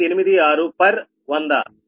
86 per 100